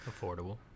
affordable